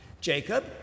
Jacob